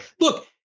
Look